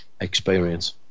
experience